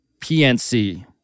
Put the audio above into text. PNC